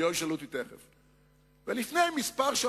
שלא ישאלו אותי תיכף, ולפני כמה שבועות,